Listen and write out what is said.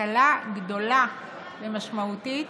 הקלה גדולה ומשמעותית,